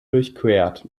durchquert